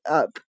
up